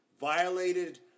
violated